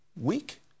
Weak